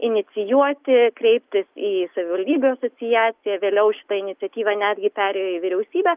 inicijuoti kreiptis į savivaldybių asociaciją vėliau šita iniciatyva netgi perėjo į vyriausybę